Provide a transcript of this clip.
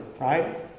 right